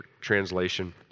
translation